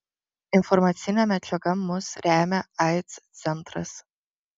informacine medžiaga mus remia aids centras